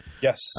Yes